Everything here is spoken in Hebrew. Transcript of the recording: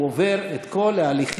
הוא עובר את כל ההליכים,